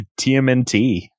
TMNT